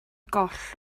goll